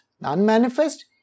non-manifest